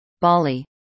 Bali